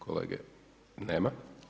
Kolege nema.